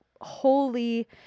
holy